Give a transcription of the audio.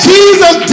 Jesus